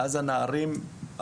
ואז הנערים,